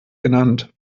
genannt